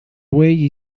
way